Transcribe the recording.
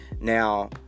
now